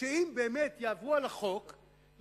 שאם באמת יעברו על החוק,